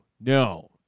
no